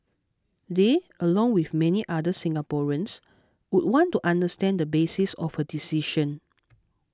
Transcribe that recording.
they along with many other Singaporeans would want to understand the basis of her decision